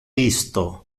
isto